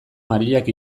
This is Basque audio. mariak